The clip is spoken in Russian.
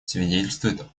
свидетельствует